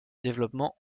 développement